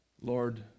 Lord